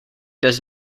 does